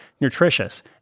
nutritious